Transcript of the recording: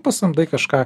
pasamdai kažką